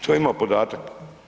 To ima podatak.